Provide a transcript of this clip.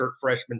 freshman